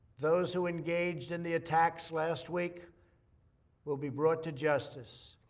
those who engaged in the attacks last week will be brought to justice.